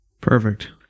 Perfect